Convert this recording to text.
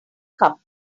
cup